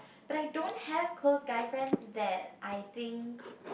but I don't have close guy friends that I think